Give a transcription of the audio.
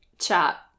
chat